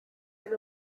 and